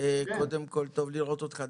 טוב לראות אותך.